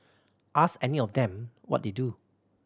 ask any of them what they do